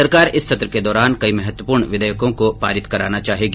सरकार इस सत्र के दौरान कई महत्वपूर्ण विघेयकों को पारित कराना चाहेगी